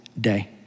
day